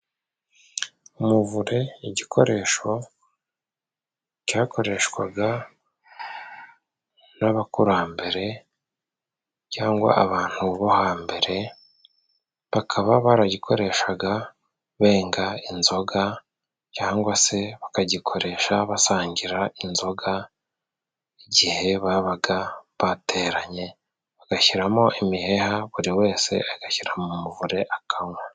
Umuvure igikoresho, cyakoreshwaga n'abakurambere, cyangwa abantu bo hambere bakaba baragikoreshaga benga inzoga cyangwa se bakagikoresha basangira inzoga, igihe babaga bateranye, bagashyiramo imiheha buri wese agashyira mu muvure akanywa.